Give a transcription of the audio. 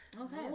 Okay